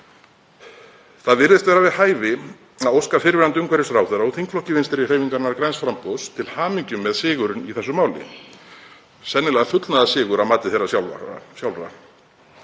Það virðist vera við hæfi að óska fyrrverandi umhverfisráðherra og þingflokki Vinstrihreyfingarinnar – græns framboðs til hamingju með sigurinn í þessu máli, sennilega fullnaðarsigur að mati þeirra sjálfra.